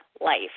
life